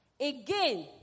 Again